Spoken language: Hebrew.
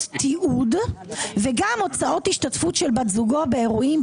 תיעוד וגם הוצאות השתתפות של בת זוגו באירועים,